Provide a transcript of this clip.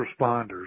responders